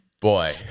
Boy